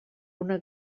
una